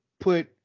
put